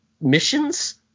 missions